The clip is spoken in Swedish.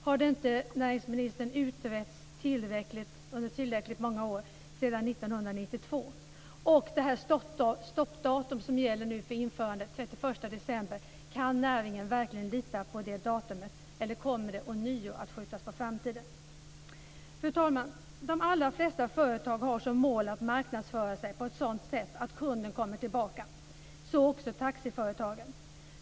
Har det inte utretts under tillräckligt många år sedan 1992? Kan näringen verkligen lita på det stoppdatum som nu gäller för införande, dvs. den 31 december, eller kommer det ånyo att skjutas på framtiden? Fru talman! De allra flesta företag har som mål att marknadsföra sig på ett sådant sätt att kunden kommer tillbaka, så också taxiföretagen.